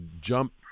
jump